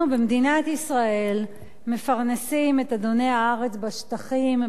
אנחנו במדינת ישראל מפרנסים את אדוני הארץ בשטחים.